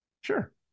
sure